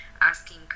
asking